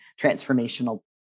transformational